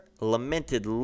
lamented